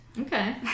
Okay